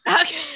Okay